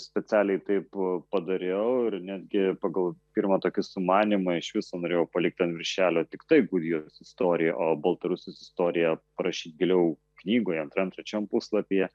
specialiai taip padariau ir netgi pagal pirmą tokį sumanymą iš viso norėjau palikti ant viršelio tiktai gudijos istoriją o baltarusijos istorija rašyt giliau knygoje antram trečiam puslapyje